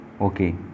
okay